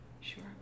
sure